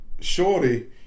Shorty